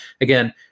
again